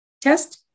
test